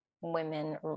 women